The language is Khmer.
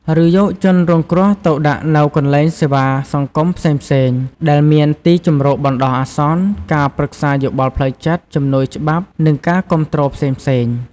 ឬយកជនរងគ្រោះទៅដាក់នៅកន្លែងសេវាសង្គមផ្សេងៗ ដែលមានទីជម្រកបណ្ដោះអាសន្ន ការប្រឹក្សាយោបល់ផ្លូវចិត្ត ជំនួយច្បាប់ និងការគាំទ្រផ្សេងៗ។